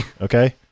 Okay